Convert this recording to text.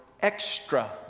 extra